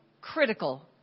critical